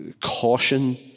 caution